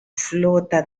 flota